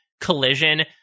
collision